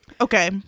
Okay